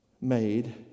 made